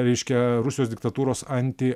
reiškia rusijos diktatūros anti